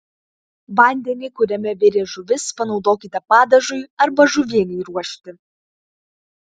vandenį kuriame virė žuvis panaudokite padažui arba žuvienei ruošti